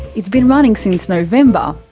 it's been running since november.